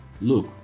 Look